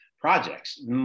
projects